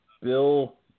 Bill